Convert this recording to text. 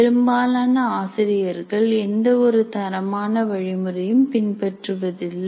பெரும்பாலான ஆசிரியர்கள் எந்த ஒரு தரமான வழிமுறையும் பின்பற்றுவதில்லை